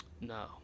No